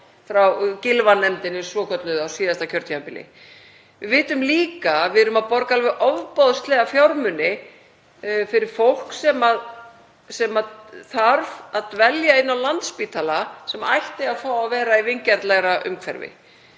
frá Gylfanefndinni svokölluðu á síðasta kjörtímabili. Við vitum líka að við erum að borga alveg ofboðslega fjármuni fyrir fólk sem þarf að dvelja á Landspítala sem ætti að fá að vera í vingjarnlegra umhverfi.